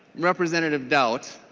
representative daudt